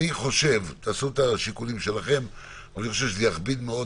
אני חושב שלצורך הסעיף שאנחנו מדברים